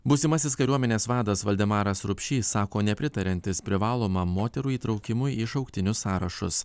būsimasis kariuomenės vadas valdemaras rupšys sako nepritariantis privalomam moterų įtraukimui į šauktinių sąrašus